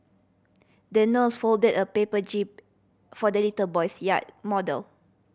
the nurse folded a paper jib for the little boy's yacht model